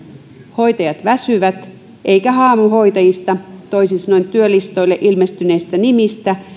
hoitajat väsyvät eikä haamuhoitajista toisin sanoen työlistoille ilmestyneistä nimistä